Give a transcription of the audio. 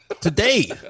today